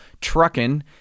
trucking